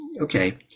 okay